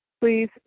please